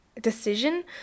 decision